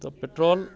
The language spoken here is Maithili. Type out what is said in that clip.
तऽ पेट्राॅल